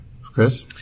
Chris